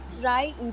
try